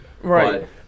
Right